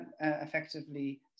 effectively